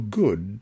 good